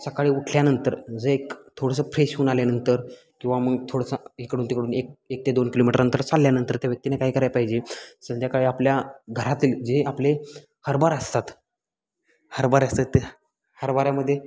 सकाळी उठल्यानंतर जे एक थोडंसं फ्रेश होऊन आल्यानंतर किंवा मग थोडंसं इकडून तिकडून एक एक ते दोन किलोमीटर अंतर चालल्यानंतर त्या व्यक्तीने काय करायला पाहिजे संध्याकाळी आपल्या घरातील जे आपले हरभरे असतात हरभरे असतात ते हरभऱ्यामध्ये